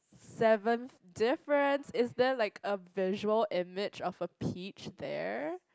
seventh difference is there like a visual in meet of a peach there